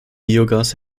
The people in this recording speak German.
biogas